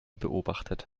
beobachtet